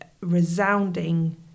resounding